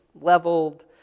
leveled